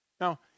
Now